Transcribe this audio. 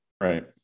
Right